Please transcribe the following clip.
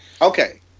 Okay